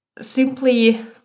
simply